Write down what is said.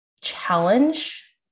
challenge